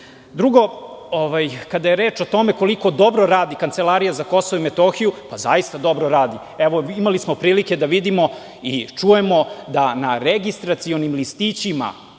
kada je reč o tome koliko dobro radi Kancelarija za Kosovo i Metohiju, zaista dobro radi. Imali smo prilike da vidimo i čujemo da na registracionim listićima